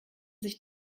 sich